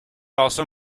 also